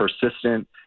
persistent